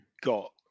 got